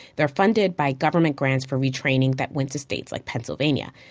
they're funded by government grants for retraining that went to states like pennsylvania,